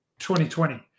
2020